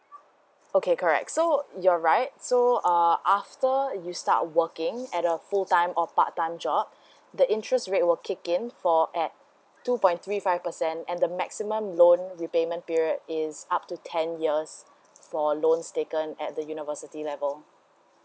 okay correct so you're right so um after you start working at a full time or part time job the interest rate will kick in for at two point three five percent and the maximum loan repayment period is up to ten years for loans taken at the university level